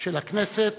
של הכנסת השמונה-עשרה.